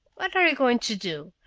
what are you going to do,